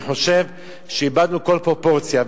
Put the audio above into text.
אני חושב שאיבדנו כל פרופורציה.